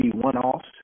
one-offs